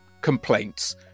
complaints